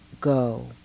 go